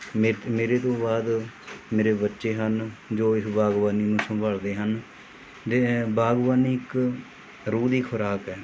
ਮੇ ਮੇਰੇ ਤੋਂ ਬਾਅਦ ਮੇਰੇ ਬੱਚੇ ਹਨ ਜੋ ਇਸ ਬਾਗਬਾਨੀ ਨੂੰ ਸੰਭਾਲਦੇ ਹਨ ਦੇ ਬਾਗਬਾਨੀ ਇੱਕ ਰੂਹ ਦੀ ਖ਼ੁਰਾਕ ਹੈ